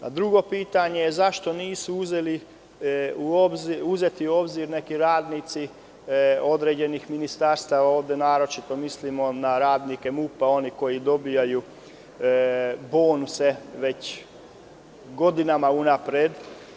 Drugo pitanje – zašto nisu uzeti u obzir neki radnici određenih ministarstava, a naročito mislimo na radnike MUP, oni koji dobijaju bonuse već godinama unapred?